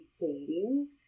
dating